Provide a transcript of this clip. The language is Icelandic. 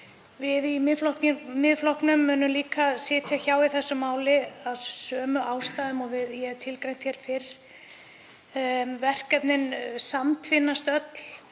Við í Miðflokknum munum sitja hjá í þessu máli af sömu ástæðum og ég hef tilgreint hér fyrr. Verkefnin samtvinnast öll